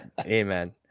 Amen